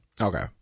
Okay